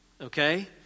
Okay